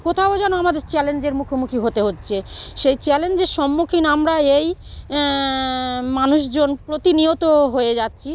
কোথাও যেন আমাদের চ্যালেঞ্জের মুখোমুখি হতে হচ্ছে সেই চ্যালেঞ্জের সম্মুখীন আমরা এই মানুষজন প্রতিনিয়ত হয়ে যাচ্ছি